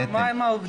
רגע, מה עם העובדים?